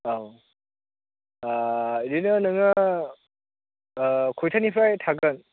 औ बिदिनो नोङो खयथानिफ्राय थागोन